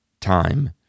time